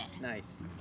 Nice